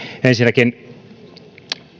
ensinnäkin